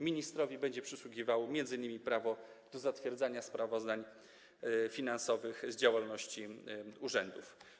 Ministrowi będzie przysługiwało m.in. prawo do zatwierdzania sprawozdań finansowych z działalności urzędów.